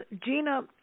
Gina